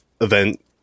event